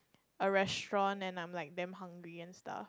a restaurant and like I'm damn hungry and stuff